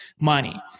money